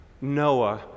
Noah